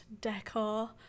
decor